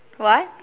what